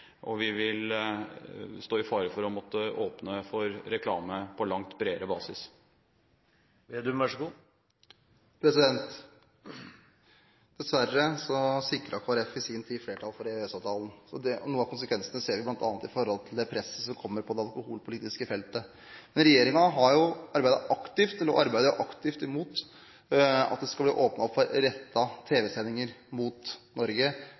og vi vil stå i fare for å måtte åpne for reklame på langt bredere basis. Dessverre sikret Kristelig Folkeparti i sin tid flertall for EØS-avtalen, og noen av konsekvensene ser vi bl.a. når det gjelder det presset som kommer på det alkoholpolitiske feltet. Regjeringen arbeider aktivt mot at det skal bli åpnet for rettede tv-sendinger mot Norge,